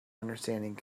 understanding